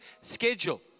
schedule